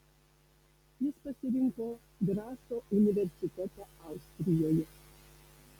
jis pasirinko graco universitetą austrijoje